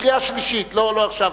בקריאה שלישית, לא עכשיו.